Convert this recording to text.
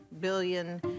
billion